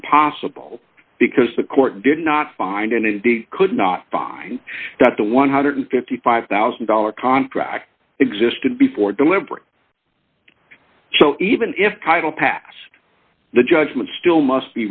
impossible because the court did not find and indeed could not find that the one hundred and fifty five thousand dollars contract existed before deliberate so even if title passed the judgment still must